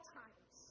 times